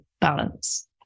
balance